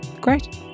great